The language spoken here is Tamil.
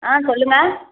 ஆ சொல்லுங்கள்